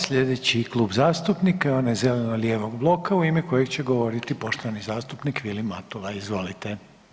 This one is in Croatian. Slijedeći Klub zastupnika je onaj zeleno-lijevog bloka u ime kojeg će govoriti poštovani zastupnik Vilim Matula, izvolite.